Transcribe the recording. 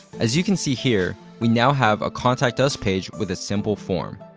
as you can see here, we now have a contact us page with a simple form.